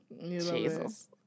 jesus